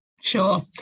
Sure